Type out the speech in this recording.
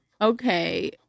okay